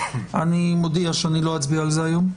אני מודיע שאני לא אצביע על זה היום.